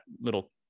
little